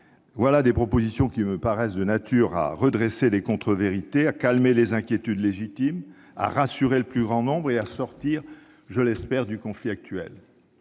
Ces propositions me paraissent de nature à redresser les contre-vérités, à calmer les inquiétudes légitimes, à rassurer le plus grand nombre et à sortir du conflit actuel.